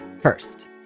first